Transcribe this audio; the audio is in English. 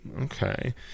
Okay